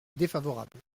défavorable